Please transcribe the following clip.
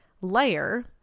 layer